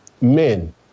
men